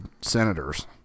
senators